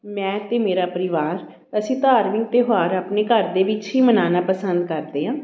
ਮੈਂ ਅਤੇ ਮੇਰਾ ਪਰਿਵਾਰ ਅਸੀਂ ਧਾਰਮਿਕ ਤਿਉਹਾਰ ਆਪਣੇ ਘਰ ਦੇ ਵਿੱਚ ਹੀ ਮਨਾਉਣਾ ਪਸੰਦ ਕਰਦੇ ਹਾਂ